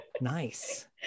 nice